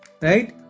right